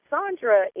Sandra